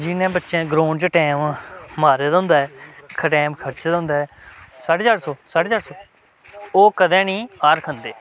जि'नें बच्चे ग्राउंड च टैम मारे दा होंदा ऐ टैम खर्चे दा होंदा ऐ साड्डे चार सौ साड्डे चार सौ ओह् कदें निं हार खंदे